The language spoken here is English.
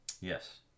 yes